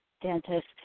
dentist